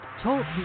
Talk